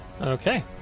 Okay